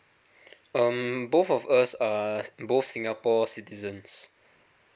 um both of us uh both singapore citizens